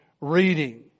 reading